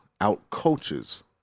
out-coaches